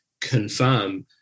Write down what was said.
confirm